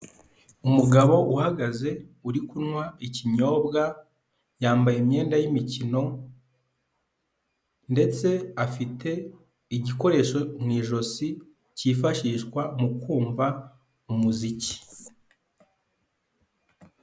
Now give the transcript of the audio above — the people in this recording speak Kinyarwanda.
Umugabo uhagaze uri kunywa ikinyobwa yambaye imyenda y'imikino, ndetse afite igikoresho mu ijosi cyifashishwa mu kumva umuziki.